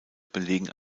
belegen